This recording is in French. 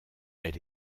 elle